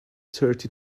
thirty